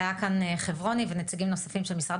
היה כאן חברוני ונציגים נוספים של משרד